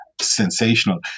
sensational